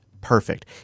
perfect